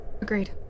Agreed